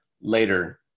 later